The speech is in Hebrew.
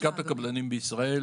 לשכת הקבלנים בישראל